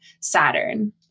Saturn